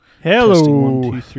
Hello